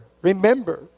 Remember